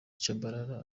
tchabalala